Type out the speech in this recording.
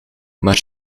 maar